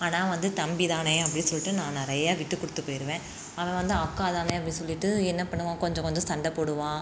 ஆனால் வந்து தம்பிதானே அப்படின்னு சொல்லிட்டு நான் நிறைய விட்டு கொடுத்துப் போய்ருவேன் அவன் வந்து அக்காதானே அப்படின்னு சொல்லிட்டு என்ன பண்ணுவான் கொஞ்சம் கொஞ்சம் சண்டை போடுவான்